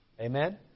amen